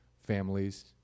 families